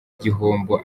gihombo